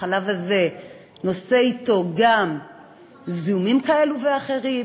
החלב הזה נושא אתו גם זיהומים כאלה ואחרים,